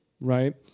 right